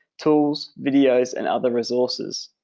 tools, videos and other resources.